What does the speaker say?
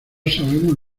sabemos